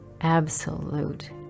absolute